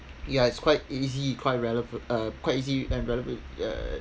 ya it's quite easy quite releva~ quite easy and relev~ uh